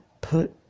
Put